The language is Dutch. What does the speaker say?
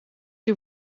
die